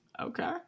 Okay